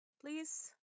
please